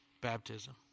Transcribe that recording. baptism